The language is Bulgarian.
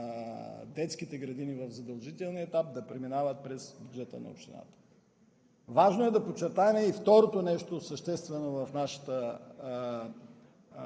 детските градини в задължителния етап да преминават през грижата на общината. Важно е да подчертаем и второто съществено в нашето